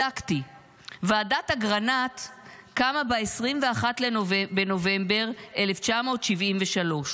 בדקתי, ועדת אגרנט קמה ב-21 בנובמבר 1973,